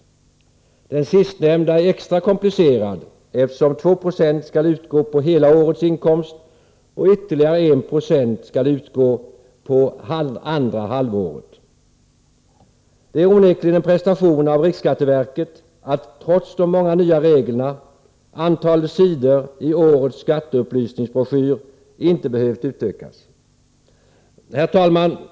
Den sistnämnda är extra komplicerad, eftersom 296 skall utgå på hela årets inkomst och ytterligare 196 på inkomsten under andra halvåret. Det är onekligen en prestation av riksskatteverket att antalet sidor i årets skatteupplysningsbroschyr inte behövt utökas trots de många nya reglerna. Herr talman!